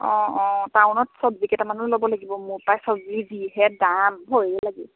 অঁ অঁ টাউনত চব্জি কেইটামানো ল'ব লাগিব মোৰ পায় চব্জি যিহে দাম ভয়েই লাগে